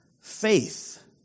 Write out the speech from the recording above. faith